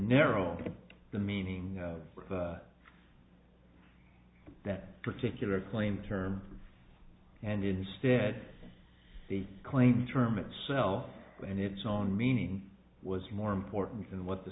narrow the meaning of that particular claim term and instead they claim term itself and its own meaning was more important than what the